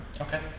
Okay